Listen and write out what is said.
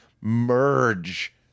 merge